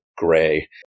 gray